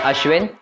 Ashwin